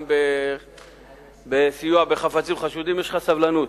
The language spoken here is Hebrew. גם בסיוע בחפצים חשודים, יש לך סבלנות.